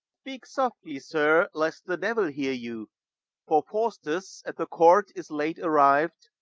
speak softly, sir, lest the devil hear you for faustus at the court is late arriv'd,